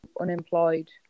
unemployed